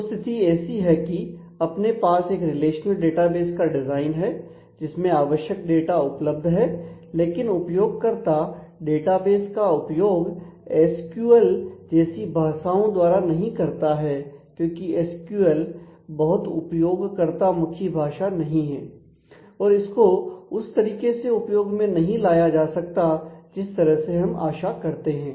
तो स्थिति ऐसी है कि अपने पास एक रिलेशनल डेटाबेस का डिजाइन है जिसमें आवश्यक डेटा उपलब्ध है लेकिन उपयोगकर्ता डेटाबेस का उपयोग एसक्यूएल जैसी भाषाओं द्वारा नहीं करता है क्योंकि एसक्यूएल बहुत उपयोगकर्ता मुखी भाषा नहीं है और इसको उस तरीके से उपयोग में नहीं लाया जा सकता जिस तरह से हम आशा करते हैं